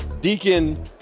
Deacon